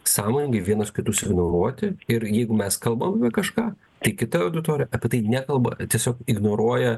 sąmoningai vienas kitus ignoruoti ir jeigu mes kalbam apie kažką tai kita auditorija apie tai nekalba tiesiog ignoruoja